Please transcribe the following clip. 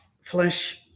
flesh